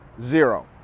zero